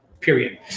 period